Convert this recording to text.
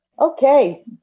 Okay